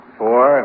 four